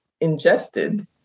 ingested